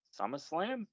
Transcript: SummerSlam